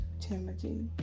Timothy